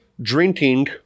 drinking